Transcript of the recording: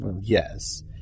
yes